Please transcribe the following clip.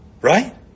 Right